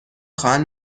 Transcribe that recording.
خواهم